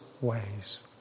ways